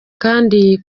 kandi